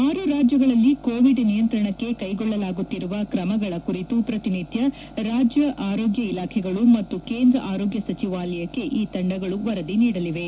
ಆರು ರಾಜ್ಯಗಳಲ್ಲಿ ಕೋವಿಡ್ ನಿಯಂತ್ರಣಕ್ಕೆ ಕೈಗೊಳ್ಳಲಾಗುತ್ತಿರುವ ಕ್ರಮಗಳ ಕುರಿತು ಪ್ರತಿನಿತ್ಯ ರಾಜ್ಯ ಆರೋಗ್ಯ ಇಲಾಖೆಗಳು ಮತ್ತು ಕೇಂದ್ರ ಆರೋಗ್ಯ ಸಚಿವಾಲಯಕ್ಕೆ ಈ ತಂಡಗಳು ವರದಿ ನೀಡಲಿವೆ